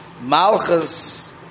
Malchus